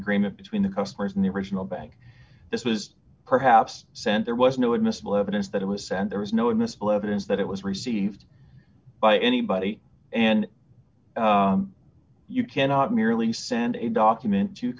agreement between the customers and the original bank this was perhaps sent there was no admissible evidence that it was sent there was no admissible evidence that it was received by anybody and you cannot merely send a document to